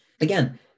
Again